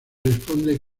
responde